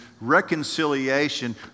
reconciliation